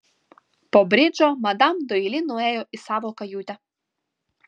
po bridžo madam doili nuėjo į savo kajutę